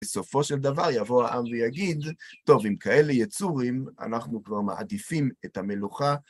בסופו של דבר יבוא העם ויגיד, טוב, אם כאלה יצורים, אנחנו כבר מעדיפים את המלוכה.